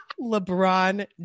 LeBron